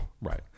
Right